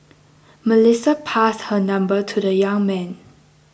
Melissa passed her number to the young man